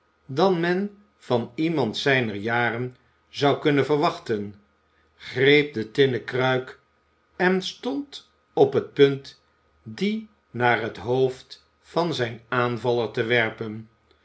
dan men van iemand zijner jaren zou kunnen verwachten greep de tinnen kruik en stond op het punt die naar het hoofd van zijn aanvaller te werpen